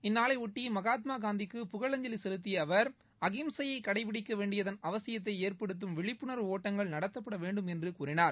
இந்நாளைபொட்டி மகாத்மா காந்திக்கு புகழஞ்சலி செலுத்திய அவர் அஹிம்சையை கடைபிடிக்கக் வேண்டியதள் அவசியத்தை ஏற்படுத்தும் விழிப்புணர்வு ஒட்டங்கள் நடத்தப்பட வேண்டும் என்று கூறினார்